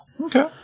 Okay